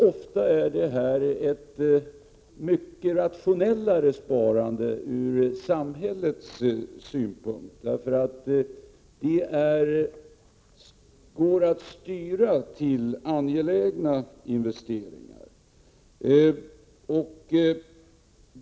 Ofta är det här ett mycket rationellare sparande ur samhällets synpunkt, eftersom det går att styra till angelägna investeringar.